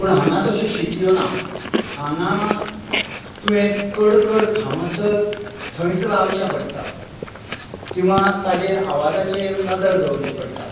पूण हांगा तश्यो शिटयो ना हांगा तुवें कडकड थामसर थंयच रावचें पडटा किंवा ताजेर आवाजचेर नदर दवरची पडटा